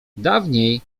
dawniej